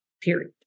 period